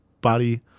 body